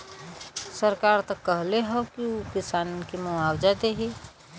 सरकार त कहले हौ की उ किसानन के मुआवजा देही